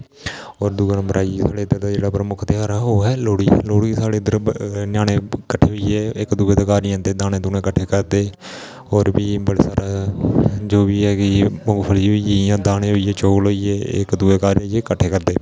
होर दुऐ नंबर आई गेई साढ़े इद्धर दा जेह्ड़़ा प्रमुख तेहार ऐ ओह् ऐ लोह्ड़ी लोह्ड़ी साढ़े उद्धर ञ्याणें किट्ठे होइयै इक दुऐ दे घर जंदे दाने किट्ठे करदे होर बी बड़े सारा जो बी ऐ कि मुगफली होई गेई जां दाने होई गे चौल होई गे इक दुऐ दे घर जेइयै कट्ठे करदे